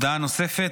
הודעה נוספת.